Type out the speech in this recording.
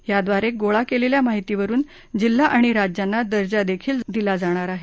याद्वारे गोळा केलेल्या माहितीवरुन जिल्हा आणि राज्यांना दर्जा देखील दिला जाणार आहे